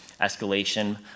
escalation